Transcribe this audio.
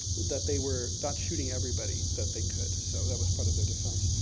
that they were not shooting everybody that they could. so, that was part of their defense.